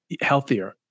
healthier